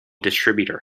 distributor